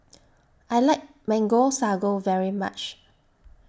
I like Mango Sago very much